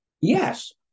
Yes